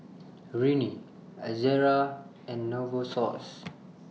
Rene Ezerra and Novosource